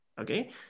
okay